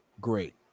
great